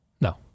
No